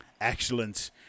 excellent